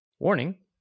Warning